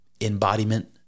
embodiment